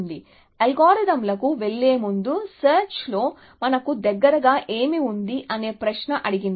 కాబట్టి అల్గోరిథంలకు వెళ్లేముందు సెర్చ్ లో మనకు దగ్గరగా ఏమి ఉంది అనే ప్రశ్న అడగండి